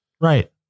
right